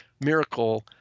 miracle